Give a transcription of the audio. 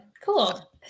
Cool